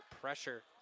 pressure